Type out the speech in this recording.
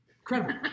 incredible